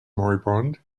moribund